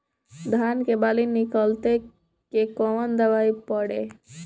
धान के बाली निकलते के कवन दवाई पढ़े?